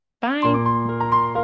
bye